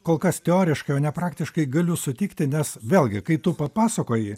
kol kas teoriškai o ne praktiškai galiu sutikti nes vėlgi kai tu papasakoji